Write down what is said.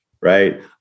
right